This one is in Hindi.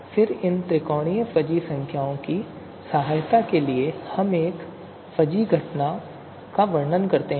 और फिर इन त्रिकोणीय फजी संख्याओं की सहायता से हम एक फजी घटना का वर्णन कर सकते हैं